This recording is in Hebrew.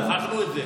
גם הוכחנו את זה.